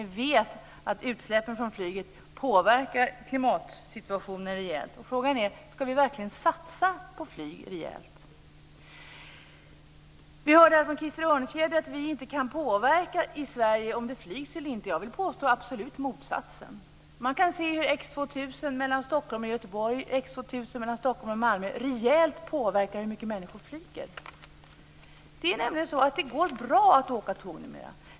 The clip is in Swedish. Vi vet också att utsläppen från flyget rejält påverkar klimatsituationen. Frågan är om vi verkligen ska satsa rejält på flyget. Vi hörde här från Krister Örnfjäder att vi i Sverige inte kan påverka om det flygs eller inte. Jag vill absolut påstå motsatsen. Man kan ju se hur X 2000 Stockholm och Malmö rejält påverkar hur mycket människor flyger. Numera går det nämligen bra att åka tåg.